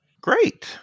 Great